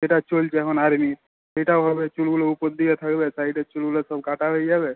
যেটা চলছে এখন আর্মির সেটাও হবে চুলগুলো উপর দিকে থাকবে সাইডের চুলগুলো সব কাটা হয়ে যাবে